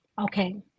Okay